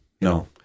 no